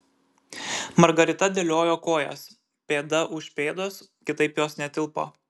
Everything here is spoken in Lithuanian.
margarita dėliojo kojas pėda už pėdos kitaip jos netilpo